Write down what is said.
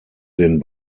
den